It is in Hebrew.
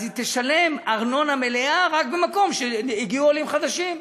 אז היא תשלם ארנונה מלאה רק במקום שהגיעו עולים חדשים.